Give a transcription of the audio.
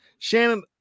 Shannon